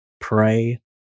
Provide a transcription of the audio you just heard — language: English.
Pray